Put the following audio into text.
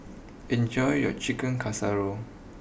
enjoy your Chicken Casserole